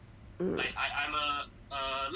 mm